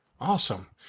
Awesome